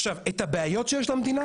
הבעיות שיש למדינה